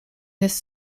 this